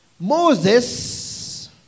Moses